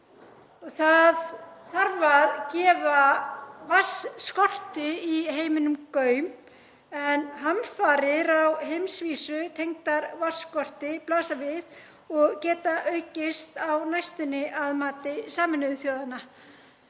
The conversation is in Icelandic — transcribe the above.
Það þarf að gefa vatnsskorti í heiminum gaum en hamfarir á heimsvísu tengdar vatnsskorti blasa við og geta aukist á næstunni að mati Sameinuðu þjóðanna.